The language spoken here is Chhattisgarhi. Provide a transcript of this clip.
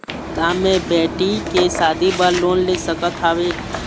का मैं बेटी के शादी बर लोन ले सकत हावे?